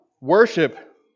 Worship